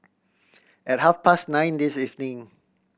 at half past nine this evening